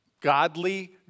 Godly